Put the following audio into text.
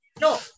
No